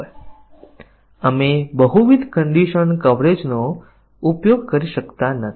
અને માત્ર એટલું જ નહીં તે બતાવે છે કે કયા નિવેદનોને અમલ કરવામાં આવ્યા નથી